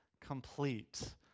complete